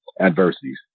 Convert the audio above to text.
adversities